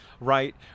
right